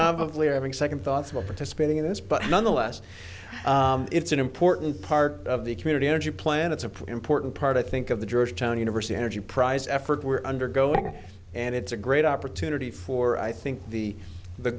are having second thoughts well participating in this but nonetheless it's an important part of the community energy plan it's a pretty important part i think of the georgetown university energy prize effort we're undergoing and it's a great opportunity for i think the the